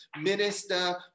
minister